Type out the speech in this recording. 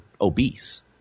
obese